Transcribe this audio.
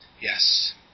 Yes